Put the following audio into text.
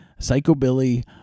psychobilly